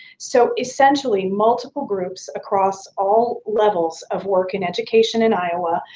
so, essentially, multiple groups across all levels of work in education in iowa,